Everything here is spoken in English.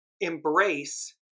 embrace